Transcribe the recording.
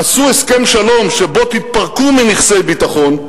עשו הסכם שלום שבו תתפרקו מנכסי ביטחון,